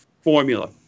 formula